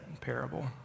parable